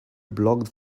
blocked